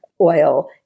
oil